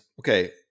okay